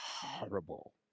horrible